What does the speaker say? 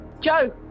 joe